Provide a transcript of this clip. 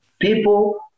People